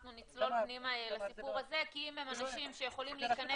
נצלול פנימה לסיפור הזה כי הם אנשים שיכולים להיכנס